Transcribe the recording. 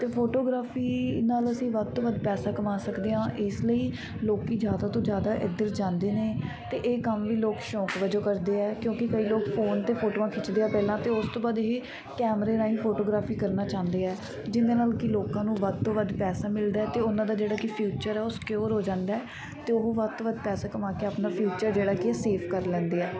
ਅਤੇ ਫੋਟੋਗ੍ਰਾਫੀ ਨਾਲ ਅਸੀਂ ਵੱਧ ਤੋਂ ਵੱਧ ਪੈਸਾ ਕਮਾ ਸਕਦੇ ਹਾਂ ਇਸ ਲਈ ਲੋਕ ਜ਼ਿਆਦਾ ਤੋਂ ਜ਼ਿਆਦਾ ਇੱਧਰ ਜਾਂਦੇ ਨੇ ਅਤੇ ਇਹ ਕੰਮ ਵੀ ਲੋਕ ਸ਼ੌਂਕ ਵਜੋਂ ਕਰਦੇ ਆ ਕਿਉਂਕਿ ਕਈ ਲੋਕ ਫੋਨ 'ਤੇ ਫੋਟੋਆਂ ਖਿੱਚਦੇ ਆ ਪਹਿਲਾਂ ਅਤੇ ਉਸ ਤੋਂ ਬਾਅਦ ਇਹ ਕੈਮਰੇ ਰਾਹੀਂ ਫੋਟੋਗ੍ਰਾਫੀ ਕਰਨਾ ਚਾਹੁੰਦੇ ਆ ਜਿਹਦੇ ਨਾਲ ਕਿ ਲੋਕਾਂ ਨੂੰ ਵੱਧ ਤੋਂ ਵੱਧ ਪੈਸਾ ਮਿਲਦਾ ਅਤੇ ਉਹਨਾਂ ਦਾ ਜਿਹੜਾ ਕਿ ਫਿਊਚਰ ਆ ਉਹ ਸਿਕਿਓਰ ਹੋ ਜਾਂਦਾ ਅਤੇ ਉਹ ਵੱਧ ਤੋਂ ਵੱਧ ਪੈਸੇ ਕਮਾ ਕੇ ਆਪਣਾ ਫਿਊਚਰ ਜਿਹੜਾ ਕਿ ਹੈ ਸੇਫ ਕਰ ਲੈਂਦੇ ਆ